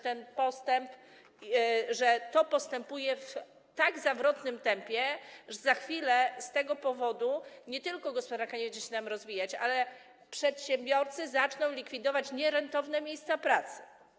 To postępuje w tak zawrotnym tempie, że za chwilę z tego powodu nie tylko gospodarka nie będzie się nam rozwijać, ale też przedsiębiorcy zaczną likwidować nierentowne miejsca pracy.